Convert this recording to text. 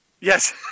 Yes